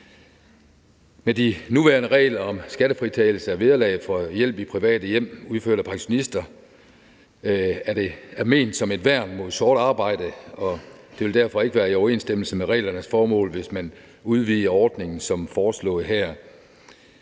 De nuværende regler om skattefritagelse af vederlag for hjælp i private hjem udført af pensionister er ment som et værn mod sort arbejde, og det vil derfor ikke være i overensstemmelse med reglernes formål, hvis man udvidede ordningen, som det foreslås her.